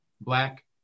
black